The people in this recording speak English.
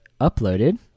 uploaded